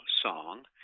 song